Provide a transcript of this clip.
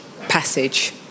passage